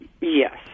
Yes